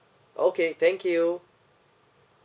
okay thank you